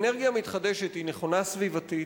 אנרגיה מתחדשת היא נכונה סביבתית,